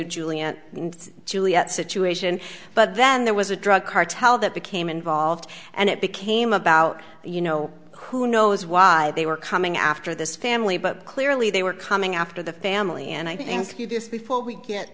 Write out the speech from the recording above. romeo juliet and juliet situation but then there was a drug cartel that became involved and it became about you know who knows why they were coming after this family but clearly they were coming after the family and i think you just before we get